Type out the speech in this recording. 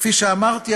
כפי שאמרתי,